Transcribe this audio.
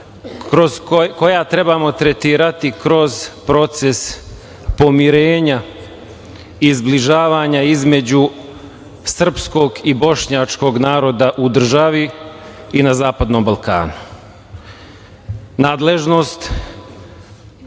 koja trebamo tretirati kroz proces pomirenja i zbližavanja između srpskog i bošnjačkog naroda u državi i na Zapadnom